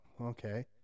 okay